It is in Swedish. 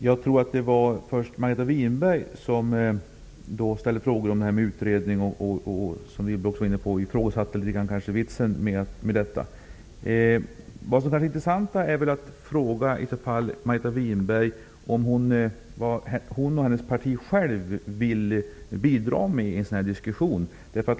Jag tror att det var Margareta Winberg som ställde några frågor kring tanken på en utredning och -- som Anne Wibble också nämnde -- kanske ifrågasatte vitsen med en utredning. Det intressanta är väl i så fall vad Margareta Winberg själv och hennes parti vill bidra med i en sådan här diskussion.